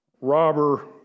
robber